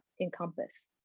encompass